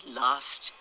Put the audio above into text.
last